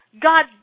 God